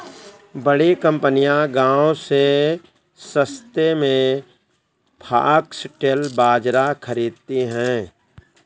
बड़ी कंपनियां गांव से सस्ते में फॉक्सटेल बाजरा खरीदती हैं